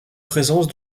présence